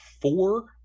four